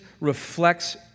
reflects